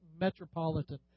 metropolitan